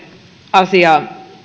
asiaa